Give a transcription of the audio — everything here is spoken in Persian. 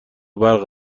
برق